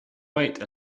wait